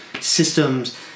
systems